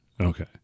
Okay